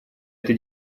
это